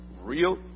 real